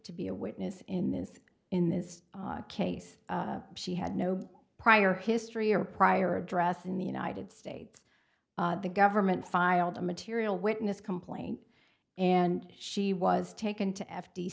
to be a witness in this in this case she had no prior history or prior address in the united states the government filed a material witness complaint and she was taken to f